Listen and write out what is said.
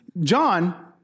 John